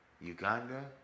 Uganda